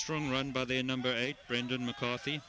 strong run by the number eight brendan mccarthy